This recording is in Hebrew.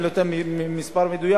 אני לא נותן מספר מדויק,